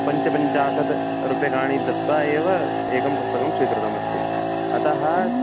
पञ्चपञ्चाशत् रूप्यकाणि दत्वा एव एकं पुस्तकं स्वीकृतमस्ति अतः